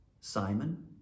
Simon